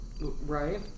right